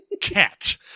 cat